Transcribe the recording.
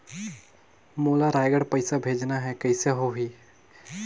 मोला रायगढ़ पइसा भेजना हैं, कइसे होही?